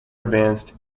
advanced